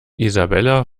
isabella